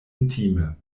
intime